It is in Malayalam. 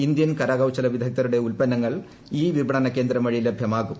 ഇന്ത്യൻ ക്രകൌശല വിദഗ്ധരുടെ ഉത്പന്നങ്ങൾ ഇ വിപണന കേന്ദ്രം വഴി ലഭ്യമാകും